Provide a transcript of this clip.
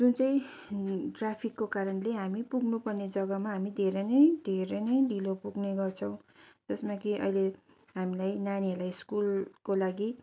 जुन चाहिँ ट्राफिकको कारणले हामी पुग्नु पर्ने जग्गामा हामी धेरै नै धेरै नै ढिलो पुग्ने गर्छौँ जसमा कि अहिले हामीलाई नानीहरूलाई स्कुलको लागि